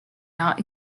not